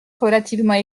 relativement